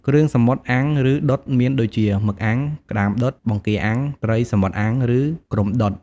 គ្រឿងសមុទ្រអាំង ឬដុត មានដូចជា មឹកអាំង ក្តាមដុត បង្គាអាំង ត្រីសមុទ្រអាំង ឬគ្រុំដុត ។